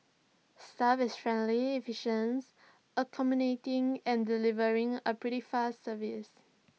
staff is friendly efficient accommodating and delivering A pretty fast service